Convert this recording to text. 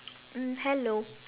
hmm hello